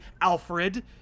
alfred